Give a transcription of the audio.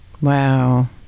Wow